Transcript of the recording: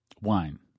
wine